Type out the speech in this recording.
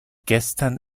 gestern